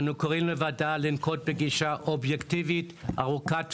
אנו קוראים לוועדה לנקוט בגישה אובייקטיבית ארוכת טווח,